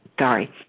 Sorry